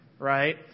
Right